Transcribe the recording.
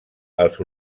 els